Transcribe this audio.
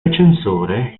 recensore